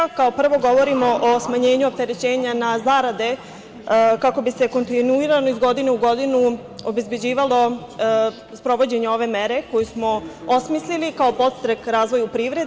Kao prvo, govorimo o smanjenju opterećenja na zarade, kako bi se kontinuirano, iz godine u godinu, obezbeđivalo sprovođenje ove mere koju smo osmislili kao podstrek razvoju privrede.